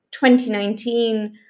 2019